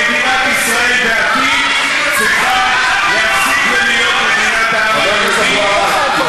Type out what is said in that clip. שמדינת ישראל בעתיד צריכה להפסיק ולהיות מדינת העם היהודי,